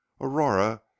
Aurora